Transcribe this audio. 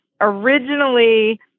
Originally